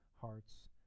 hearts